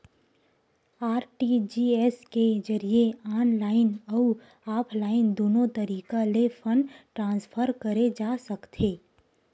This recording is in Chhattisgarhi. आर.टी.जी.एस के जरिए ऑनलाईन अउ ऑफलाइन दुनो तरीका ले फंड ट्रांसफर करे जा सकथे